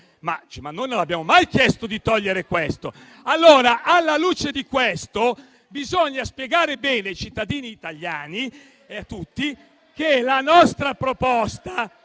Noi non abbiamo mai chiesto di togliere questo. Alla luce di questo, bisogna spiegare bene ai cittadini italiani e a tutti che la nostra proposta...